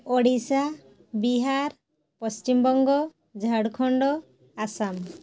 Odisha Bihar Paschimbanga Jharkhand Assam